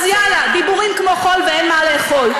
אז יאללה, דיבורים כמו חול ואין מה לאכול.